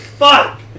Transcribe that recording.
Fuck